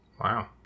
Wow